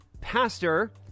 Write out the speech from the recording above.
pastor